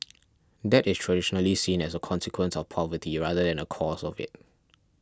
debt is traditionally seen as a consequence of poverty rather than a cause of it